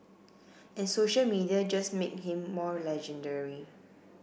and social media just make him more legendary